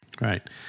Right